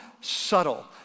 subtle